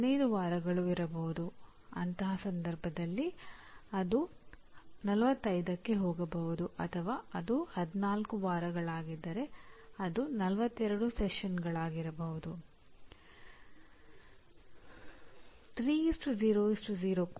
outcome based education ಎಂದರೆ ಶೈಕ್ಷಣಿಕ ವ್ಯವಸ್ಥೆಯಲ್ಲಿ ಎಲ್ಲವನ್ನೂ ಅಗತ್ಯ ವೆಂದುಕೊಂಡ ಕಾರ್ಯಕ್ರಮಗಳಿಗೆ ಕೇಂದ್ರೀಕರಿಸುವುದು ಮತ್ತು ಸಂಘಟಿಸುವುದು